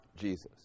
Jesus